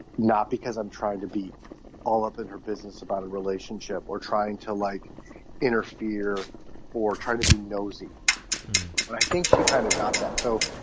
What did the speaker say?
not because i'm trying to be all up in her business about a relationship or trying to like interfere or trying to be nosy but i think she kind of got that. so